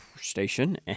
station